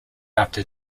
after